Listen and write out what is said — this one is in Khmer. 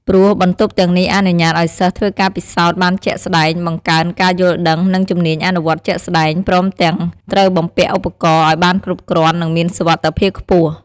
ព្រោះបន្ទប់ទាំងនេះអនុញ្ញាតឲ្យសិស្សធ្វើការពិសោធន៍បានជាក់ស្ដែង បង្កើនការយល់ដឹង និងជំនាញអនុវត្តជាក់ស្តែង ព្រមទាំងត្រូវបំពាក់ឧបករណ៍ឲ្យបានគ្រប់គ្រាន់ និងមានសុវត្ថិភាពខ្ពស់។"